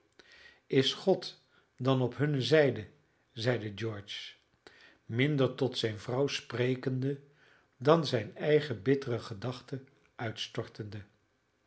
is god dan op hunne zijde zeide george minder tot zijne vrouw sprekende dan zijne eigene bittere gedachten uitstortende